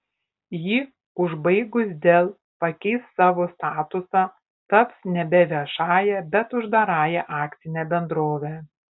jį užbaigus dell pakeis savo statusą taps nebe viešąja bet uždarąja akcine bendrove